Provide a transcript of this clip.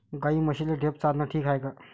गाई म्हशीले ढेप चारनं ठीक हाये का?